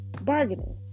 bargaining